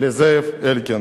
לזאב אלקין.